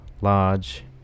large